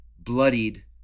Bloodied